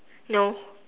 no